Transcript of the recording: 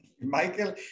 Michael